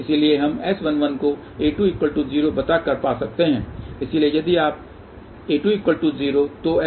इसलिए हम S11 को a20 बताकर पा सकते हैं इसलिए यदि a20 तो S11b1a1